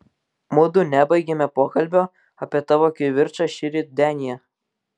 mudu nebaigėme pokalbio apie tavo kivirčą šįryt denyje